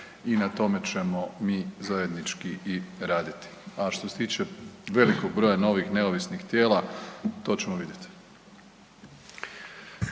i na tome ćemo mi zajednički i raditi. A što se tiče velikog broja novih neovisnih tijela to ćemo vidjet.